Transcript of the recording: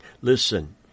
Listen